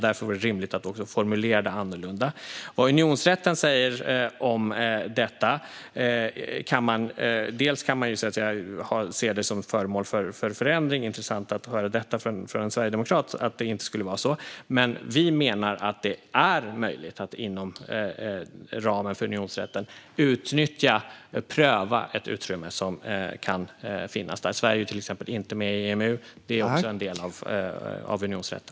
Därför vore det rimligt att också formulera det annorlunda. Vad unionsrätten säger om detta kan man se som föremål för förändring - det var intressant att höra från en sverigedemokrat att det inte skulle vara så - men vi menar att det är möjligt att inom ramen för unionsrätten utnyttja och pröva ett utrymme som kan finnas där. Sverige är till exempel inte med i EMU, och det är också en del av unionsrätten.